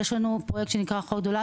יש לנו פרויקט שנקרא "אחות גדולה".